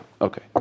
Okay